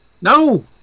no